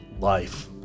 Life